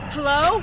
Hello